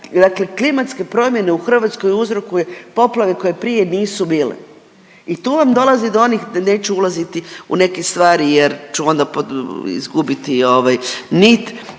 dakle klimatske promjene u Hrvatskoj uzrokuje poplave koje prije nisu bile. I tu vam dolazi do onih, neću ulaziti u neke stvari jer ću onda pod izgubiti ovaj